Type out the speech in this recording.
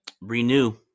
renew